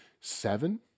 seven